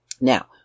Now